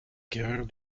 carrure